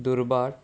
दुर्भाट